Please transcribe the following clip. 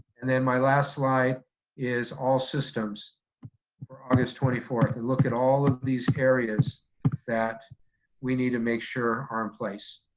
and then my last slide is all systems for august twenty fourth. and look at all of these areas that we need to make sure are in place.